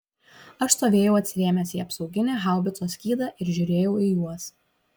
aš stovėjau atsirėmęs į apsauginį haubicos skydą ir žiūrėjau į juos